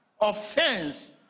offense